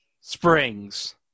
springs